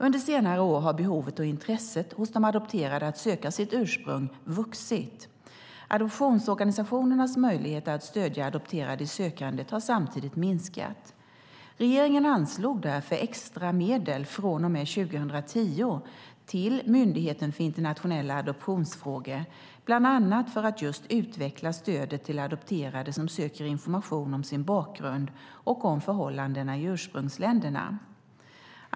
Under senare år har behovet och intresset hos de adopterade att söka sitt ursprung vuxit. Adoptionsorganisationernas möjligheter att stödja adopterade i sökandet har samtidigt minskat. Regeringen anslog därför extra medel från och med 2010 till Myndigheten för internationella adoptionsfrågor bland annat för att just utveckla stödet till adopterade som söker information om sin bakgrund och om förhållandena i ursprungsländerna.